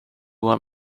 want